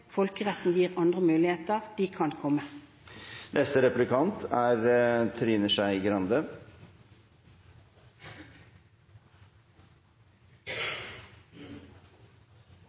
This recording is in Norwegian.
Folkeretten gir andre muligheter. De kan komme.